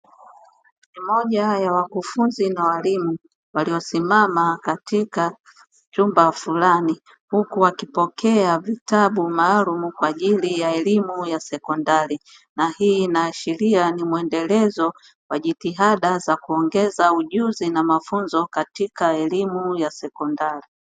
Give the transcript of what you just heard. Moja ya wakufunzi na walimu waliosimama katika chumba fulani, huku wakipokea vitabu maalumu kwa ajili ya elimu ya sekondari; na hii inaashiria ni mwendelezo wa jitihada za kuongeza ujuzi na mafunzo katika elimu ya sekondari.